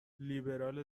لیبرال